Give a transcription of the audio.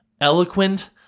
eloquent